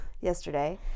yesterday